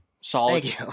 solid